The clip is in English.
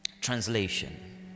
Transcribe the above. translation